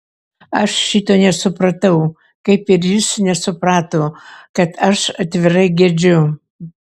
aš šito nesupratau kaip ir jis nesuprato kad aš atvirai gedžiu